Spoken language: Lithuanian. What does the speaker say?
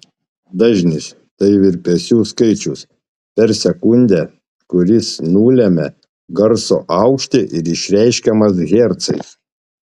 dažnis tai virpesių skaičius per sekundę kuris nulemia garso aukštį ir išreiškiamas hercais